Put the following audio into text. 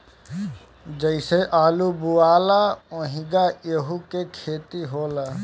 जइसे आलू बोआला ओहिंगा एहू के खेती होला